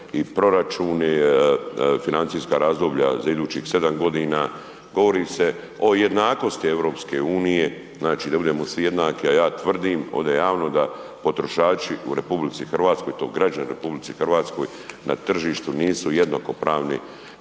i proračuni, financijska razdoblja za idućih 7 godina, govori se o jednakosti EU, znači da budemo svi jednaki, a ja tvrdim ovdje javno da potrošači u RH tj. građani u RH na tržištu nisu jednakopravni